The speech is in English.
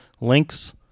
links